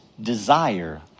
desire